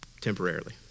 temporarily